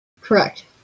Correct